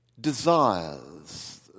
desires